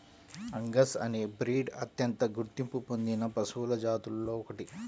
Angus అనే breed అత్యంత గుర్తింపు పొందిన పశువుల జాతులలో ఒకటి